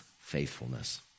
faithfulness